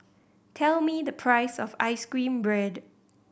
tell me the price of ice cream bread